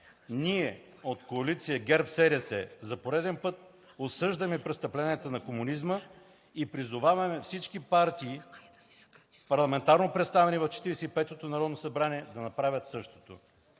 ние от Коалиция ГЕРБ-СДС за пореден път осъждаме престъпленията на комунизма и призоваваме всички партии, парламентарно представени в 45-ото народно събрание, да направят същото.